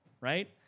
right